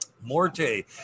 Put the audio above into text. Morte